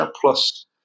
Plus